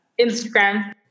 Instagram